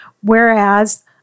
Whereas